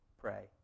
pray